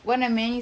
mmhmm